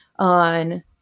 on